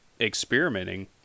experimenting